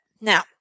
Now